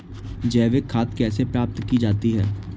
जैविक खाद कैसे प्राप्त की जाती है?